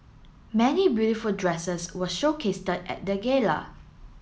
many beautiful dresses were showcased at the gala